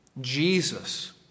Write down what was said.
Jesus